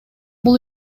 бул